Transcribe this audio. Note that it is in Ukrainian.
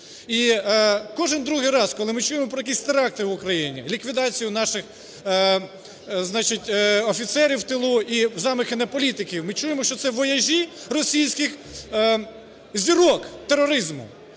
І кожен другий раз, коли ми чуємо про якісь теракти в Україні, ліквідацію наших, значить, офіцерів у тилу і замахи на політиків, ми чуємо, що це вояжі російських зірок тероризму.